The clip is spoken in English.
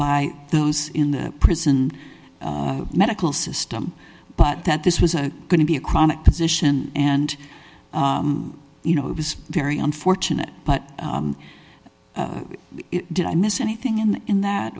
by those in the prison medical system but that this was a going to be a chronic condition and you know it was very unfortunate but it did i miss anything in in that